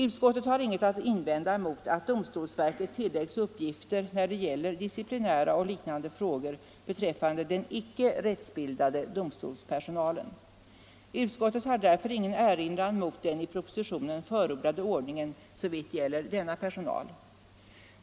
Utskottet har inget att invända mot att domstolsverket tilläggs uppgifter när det gäller disciplinära och liknande frågor beträffande den icke rättsbildade domstolspersonalen. Utskottet har därför ingen erinran mot den i propositionen förordade ordningen såvitt angår denna personal.